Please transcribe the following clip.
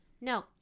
No